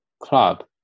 Club